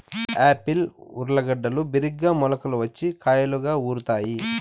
Apple ఊర్లగడ్డలు బిరిగ్గా మొలకలు వచ్చి కాయలుగా ఊరుతాయి